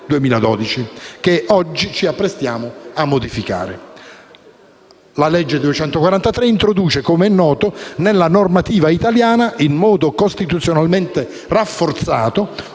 La legge n. 243 introduce - come è noto - nella normativa italiana, in modo costituzionalmente "rafforzato",